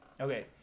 okay